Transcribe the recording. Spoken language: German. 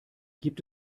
gibt